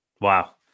Wow